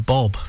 Bob